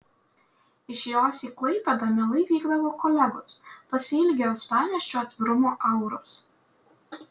iš jos į klaipėdą mielai vykdavo kolegos pasiilgę uostamiesčio atvirumo auros